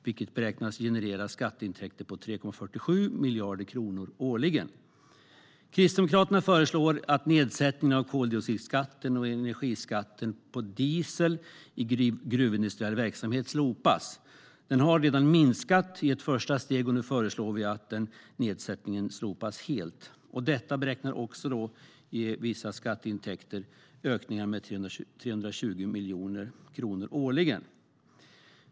Detta beräknas generera skatteintäkter på 3,47 miljarder kronor årligen. Kristdemokraterna föreslår att nedsättningen av koldioxidskatten och energiskatten på diesel i gruvindustriell verksamhet slopas. Den har redan minskat i ett första steg. Nu föreslår vi att nedsättningen slopas helt. Detta beräknas ge ökade skatteintäkter på 320 miljoner kronor årligen.